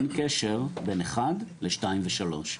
אין קשר בין אחד לשתיים ושלוש.